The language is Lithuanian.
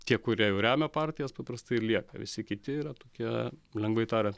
tie kurie jau remia partijas paprastai ir lieka visi kiti yra tokie lengvai tariant